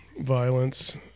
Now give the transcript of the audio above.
violence